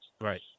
right